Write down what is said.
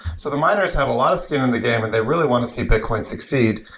so the miners have a lot of skin in the game and they really want to see bitcoin succeed.